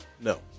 No